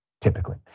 typically